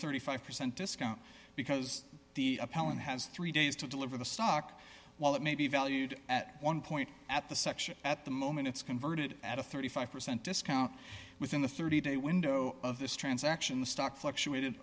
thirty five percent discount because the appellant has three days to deliver the stock while it may be valued at one point at the section at the moment it's converted at a thirty five percent discount within the thirty day window of this transaction the stock fluctuated